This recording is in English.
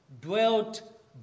dwelt